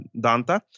Danta